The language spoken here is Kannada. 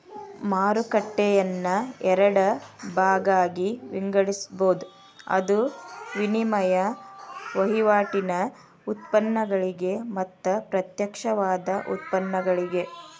ಮಾರುಕಟ್ಟೆಯನ್ನ ಎರಡ ಭಾಗಾಗಿ ವಿಂಗಡಿಸ್ಬೊದ್, ಅದು ವಿನಿಮಯ ವಹಿವಾಟಿನ್ ಉತ್ಪನ್ನಗಳಿಗೆ ಮತ್ತ ಪ್ರತ್ಯಕ್ಷವಾದ ಉತ್ಪನ್ನಗಳಿಗೆ